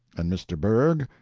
and mr. bergh,